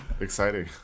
Exciting